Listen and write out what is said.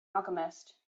alchemist